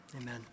amen